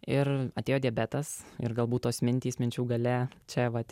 ir atėjo diabetas ir galbūt tos mintys minčių galia čia vat